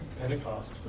Pentecost